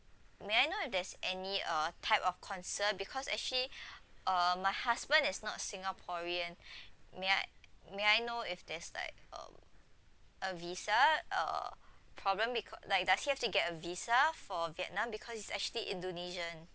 may I if there's any uh type of concern because actually uh my husband is not singaporean may I may I know if there's like a a visa uh problem because like does he have to get a visa for vietnam because he's actually indonesian